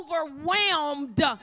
overwhelmed